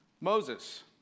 Moses